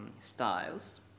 styles